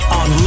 on